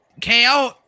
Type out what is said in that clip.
KO